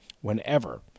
whenever